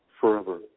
forever